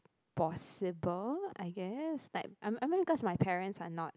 possible I guess like I mean I mean because my parents are not